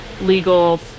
legal